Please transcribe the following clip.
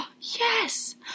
Yes